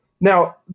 Now